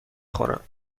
خورم